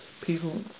people